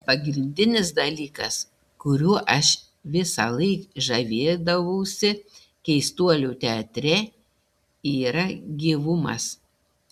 pagrindinis dalykas kuriuo aš visąlaik žavėdavausi keistuolių teatre yra gyvumas